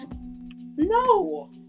No